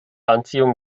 anziehung